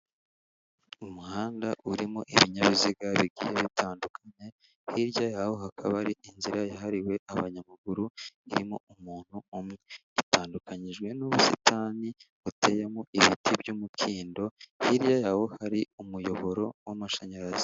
Umuhanda urimo ibinyabiziga bigiye bitandukanye, hirya yaho hakaba hari inzira yahariwe abanyamaguru irimo umuntu umwe. Itandukanyijwe n'ubusitani buteyemo ibiti by'umukindo, hirya yaho hari umuyoboro w'amashanyarazi.